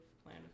plan